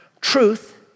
Truth